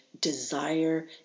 desire